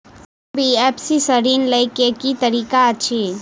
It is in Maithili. एन.बी.एफ.सी सँ ऋण लय केँ की तरीका अछि?